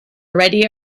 already